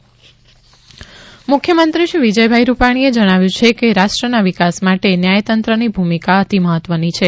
રાજકોટ મુખ્યમંત્રી મુખ્યમંત્રીશ્રી વિજયભાઈ રૂપાણીએ જણાવ્યું છે કે રાષ્ટ્રના વિકાસ માટે ન્યાયતંત્રની ભૂમિકા અતિ મહત્વની છે